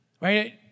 right